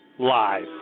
Live